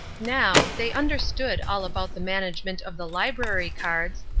now, they understood all about the management of the library cards,